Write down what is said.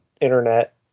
internet